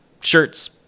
shirts